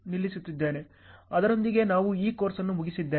ಅದರೊಂದಿಗೆ ನಾವು ಈ ಕೋರ್ಸನ್ನು ಮುಗಿಸುತ್ತಿದ್ದೇವೆ